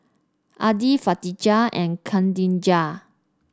Adi Katijah and Khadija